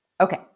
Okay